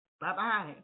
Bye-bye